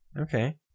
okay